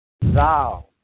thou